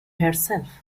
herself